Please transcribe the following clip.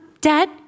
Dad